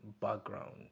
background